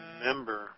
remember